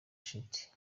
shiti